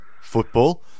football